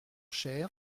cher